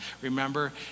Remember